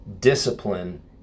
Discipline